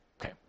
Okay